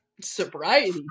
Sobriety